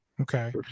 okay